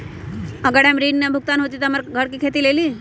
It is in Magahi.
अगर हमर ऋण न भुगतान हुई त हमर घर खेती लेली?